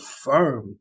firm